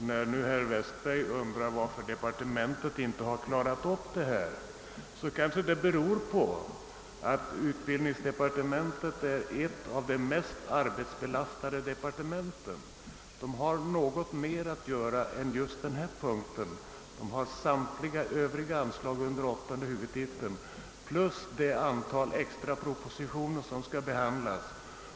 Herr Westberg undrar varför inte utbildningsdepartementet klarat av det här, men det kanske beror på att detta departement är ett av de mest arbetsbelastade departementen. Det har något mer att göra än vad som återfinnes under just den här punkten — det har samtliga övriga anslag under åttonde huvudtiteln jämte det antal extra propositioner som skall behandlas.